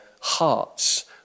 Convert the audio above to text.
hearts